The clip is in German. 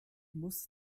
muss